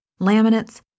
laminates